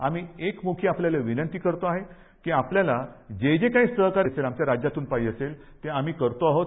आम्ही एकम्खी आापल्याला विनंती करतो आहे की आपल्याला जे जे काही सहकार्य आमच्या राज्यातून पाहिजे असेल ते आम्ही करतो आहोत